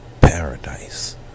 paradise